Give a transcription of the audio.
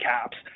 caps